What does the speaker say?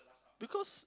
because